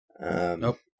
Nope